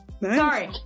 Sorry